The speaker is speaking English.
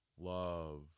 love